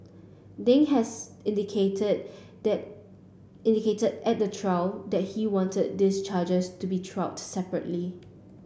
ding has indicated that indicated at the trial that he wanted these charges to be tried separately